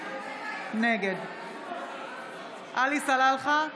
נגד עלי סלאלחה,